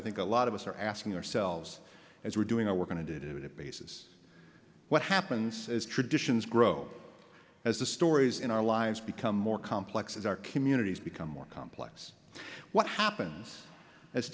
i think a lot of us are asking ourselves as we're doing oh we're going to did it basis what happens as traditions grow as the stories in our lives become more complex as our communities become more complex what happens as